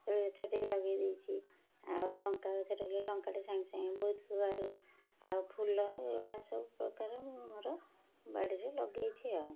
ଗଛଟିଏ ଲଗେଇ ଦେଇଛି ଆଉ ଲଙ୍କା ଗଛଟେ ଲଙ୍କାଟେ ସାଙ୍ଗେ ସାଙ୍ଗେ ବହୁତ ପୁଆରୁ ଆଉ ଫୁଲ ଏହିଭଳିଆ ସବୁପ୍ରକାର ମୁଁ ମୋର ବାଡ଼ିରେ ଲଗେଇଛି ଆଉ